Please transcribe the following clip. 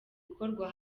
ikorwa